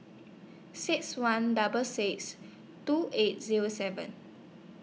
six one double six two eight Zero seven